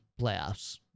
playoffs